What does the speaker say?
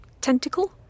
tentacle